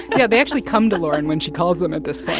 yeah, they actually come to lauren when she calls them at this point